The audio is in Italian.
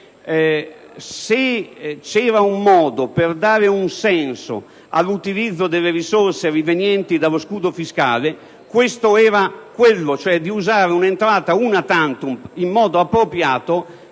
se c'era un modo per dare un senso all'utilizzo delle risorse rivenienti dallo scudo fiscale era quello di usare un'entrata *una tantum* in modo appropriato